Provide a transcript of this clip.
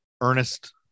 Ernest